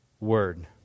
word